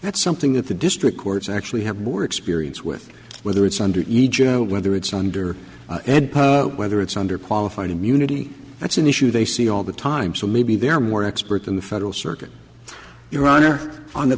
something that the district courts actually have more experience with whether it's under the job whether it's under whether it's under qualified immunity that's an issue they see all the time so maybe they're more expert than the federal circuit your honor on the